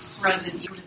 present